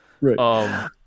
Right